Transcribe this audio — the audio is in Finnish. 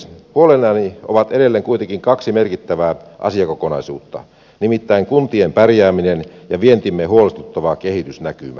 huolenani kuitenkin ovat edelleen kaksi merkittävää asiakokonaisuutta nimittäin kuntien pärjääminen ja vientimme huolestuttava kehitysnäkymä